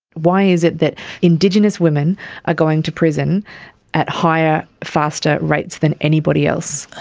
why is it that indigenous women are going to prison at higher, faster rates than anybody else?